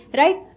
right